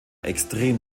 extrem